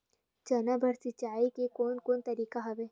चना बर सिंचाई के कोन कोन तरीका हवय?